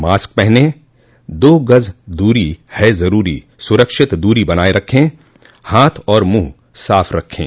mask पहनें दो गज दूरी है जरूरी सुरक्षित दूरी बनाए रखें हाथ और मुंह साफ रखें